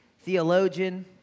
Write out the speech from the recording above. theologian